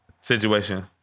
situation